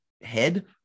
head